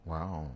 Wow